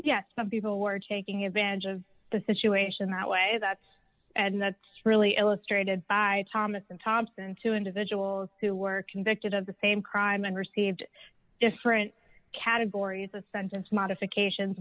yes some people were taking advantage of the situation that way that's and that's really illustrated by thomas and thompson two individuals who were convicted of the same crime and received different categories of sentence modifications